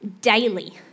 daily